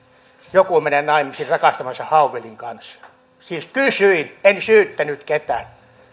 joku menee naimisiin rakastamansa hauvelin kanssa siis kysyin en syyttänyt ketään